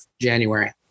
January